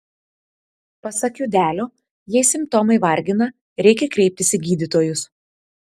pasak kiudelio jei simptomai vargina reikia kreiptis į gydytojus